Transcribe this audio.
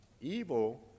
evil